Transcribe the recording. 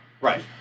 Right